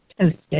toasted